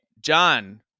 John